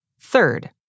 Third